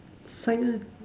side lah